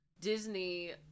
Disney